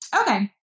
Okay